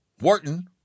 Wharton